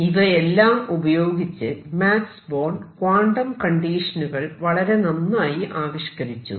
ഇവയെല്ലാം ഉപയോഗിച്ച് Max Born quantum കണ്ടിഷനുകൾ വളരെ നന്നായി ആവിഷ്കരിച്ചു